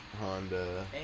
Honda